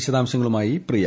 വിശദാംശങ്ങളുമായി പ്രിയ